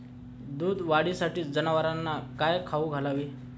दूध वाढीसाठी जनावरांना काय खाऊ घालावे?